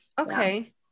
okay